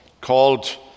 called